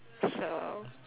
so